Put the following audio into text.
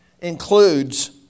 includes